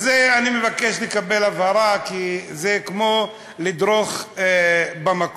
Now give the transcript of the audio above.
אז אני מבקש לקבל הבהרה, כי זה כמו לדרוך במקום.